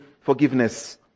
forgiveness